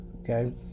okay